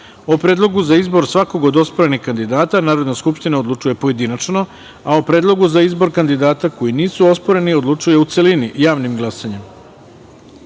predlogu za izbor svakog od osporenih kandidata, Narodna skupština odlučuje pojedinačno, a o predlogu za izbor kandidata koji nisu osporeni odlučuje u celini, javnim glasanjem.“1.